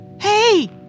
Hey